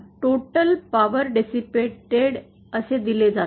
total power dissipated दिली जाते